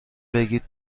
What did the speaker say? بگید